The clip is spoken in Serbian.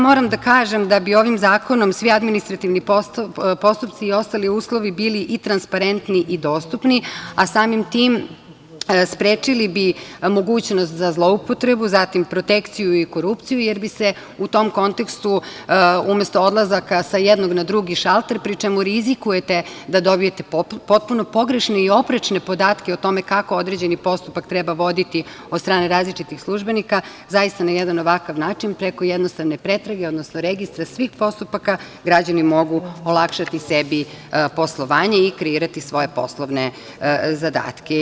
Moram da kažem da bi ovim zakonom svi administrativni postupci i ostali uslovi bili i transparentni i dostupni, a samim tim sprečili bi mogućnost za zloupotrebu, zatim, protekciju i korupciju, jer bi se u tom kontekstu umesto odlazaka sa jednog na drugi šalter, pri čemu rizikujete da dobijete potpuno pogrešne i oprečne podatke o tome kako određeni postupak treba voditi od strane različitih službenika, zaista na jedan ovakav način, preko jednostavne pretrage, odnosno registra svih postupaka, građani mogu olakšati sebi poslovanje i kreirati svoje poslovne zadatke.